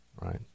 right